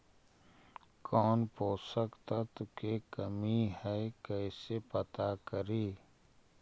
कौन पोषक तत्ब के कमी है कैसे पता करि?